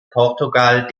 portugal